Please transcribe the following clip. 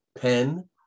PEN